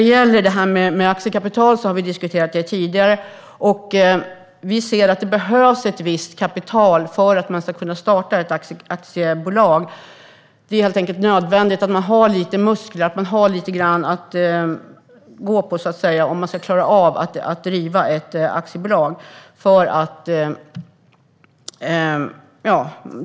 Det här med aktiekapital har vi diskuterat tidigare. Vi ser att det behövs ett visst kapital för att man ska kunna starta ett aktiebolag. Det är helt enkelt nödvändigt att man har lite muskler, att man har lite att gå på, om man ska klara av att driva ett aktiebolag.